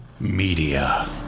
Media